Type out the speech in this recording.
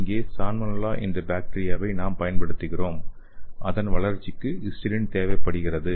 இங்கே சால்மோனெல்லா என்ற பாக்டீரியாவை நாம் பயன்படுத்துகிறோம் அதன் வளர்ச்சிக்கு ஹிஸ்டைடின் தேவைப்படுகிறது